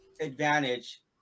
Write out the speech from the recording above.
advantage